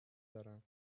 دارم